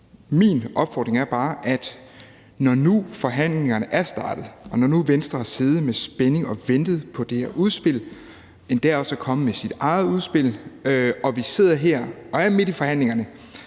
Min opfordring er bare, at når nu forhandlingerne er startet, og når nu Venstre har siddet med spænding og ventet på det her udspil og endda også er kommet med sit eget udspil, og vi sidder her og er midt i forhandlingerne,